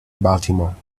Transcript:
baltimore